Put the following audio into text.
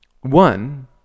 One